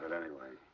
but anyway.